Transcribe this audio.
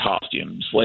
costumes